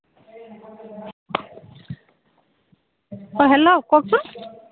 অ' hello কওকচোন